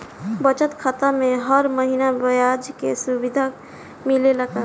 बचत खाता में हर महिना ब्याज के सुविधा मिलेला का?